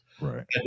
Right